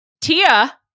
Tia